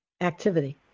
activity